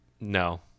No